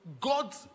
God